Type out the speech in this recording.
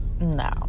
no